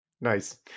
Nice